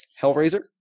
hellraiser